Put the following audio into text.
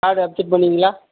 card accept பண்ணுவீங்களா